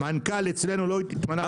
לא קיבלו כלום.